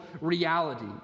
reality